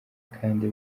kandi